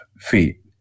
feet